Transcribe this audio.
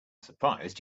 surprised